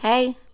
Hey